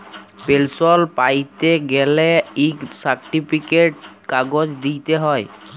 পেলসল প্যাইতে গ্যালে ইক সার্টিফিকেট কাগজ দিইতে হ্যয়